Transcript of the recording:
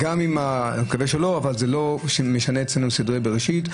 אני מקווה שלא, אבל זה לא משנה אצלנו סדרי בראשית.